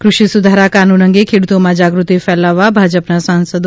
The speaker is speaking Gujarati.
કૃષિ સુધારા કાનૂન અંગે ખેડુતોમાં જાગૃતિ ફેલાવવા ભાજપના સાંસદો